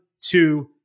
two